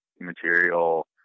material